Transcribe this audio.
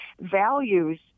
values